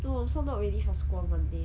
no I'm so not ready for school on monday